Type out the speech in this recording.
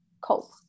cope